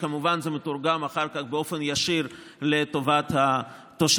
כמובן שזה מתורגם אחר כך באופן ישיר לטובת התושבים.